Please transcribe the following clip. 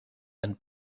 and